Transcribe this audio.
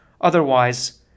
Otherwise